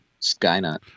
Skynet